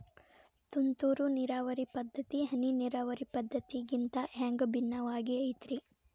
ತುಂತುರು ನೇರಾವರಿ ಪದ್ಧತಿ, ಹನಿ ನೇರಾವರಿ ಪದ್ಧತಿಗಿಂತ ಹ್ಯಾಂಗ ಭಿನ್ನವಾಗಿ ಐತ್ರಿ?